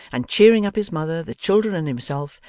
and cheering up his mother, the children, and himself,